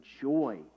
joy